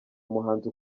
umuhanzi